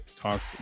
Talks